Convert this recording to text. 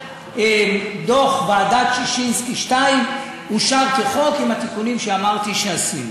דוח ועדת ששינסקי 2 אושר כחוק עם התיקונים שאמרתי שעשינו.